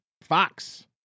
Fox